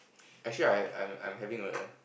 actually I I'm I'm having a